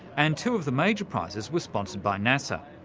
and two of the major prizes were sponsored by nasa.